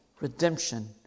redemption